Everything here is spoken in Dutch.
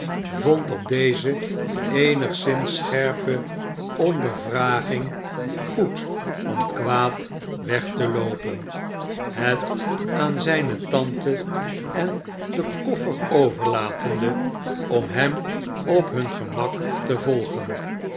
vond op deze eenigszins scherpe ondervraging goed om kwaad weg te loopen het aan zijne tante en den koffer overlatende om hem op hun gemak te volgen